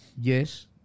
Yes